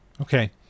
Okay